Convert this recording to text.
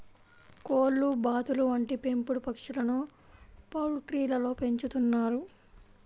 కోళ్లు, బాతులు వంటి పెంపుడు పక్షులను పౌల్ట్రీలలో పెంచుతున్నారు